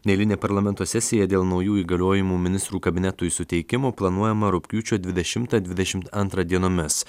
neeilinę parlamento sesiją dėl naujų įgaliojimų ministrų kabinetui suteikimo planuojama rugpjūčio dvidešimtą dvidešimt antrą dienomis